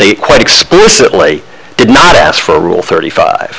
they quite explicitly did not ask for a rule thirty five